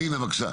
רינה בבקשה.